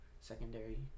secondary